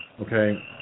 okay